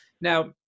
Now